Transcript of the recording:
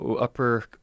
Upper